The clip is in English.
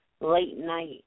late-night